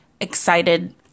excited